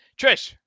Trish